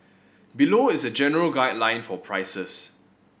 below is a general guideline for prices